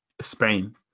Spain